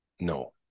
no